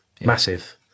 massive